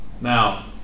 Now